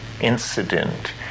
incident